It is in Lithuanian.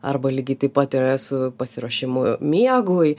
arba lygiai taip pat yra su pasiruošimu miegui